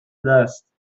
دست